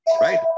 right